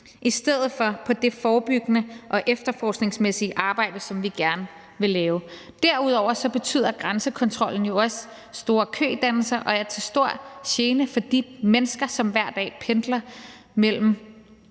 i stedet for på det forebyggende og efterforskningsmæssige arbejde, som vi gerne vil lave. Derudover betyder grænsekontrollen jo også store kødannelser og er til stor gene for de mennesker, som hver dag pendler mellem